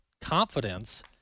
confidence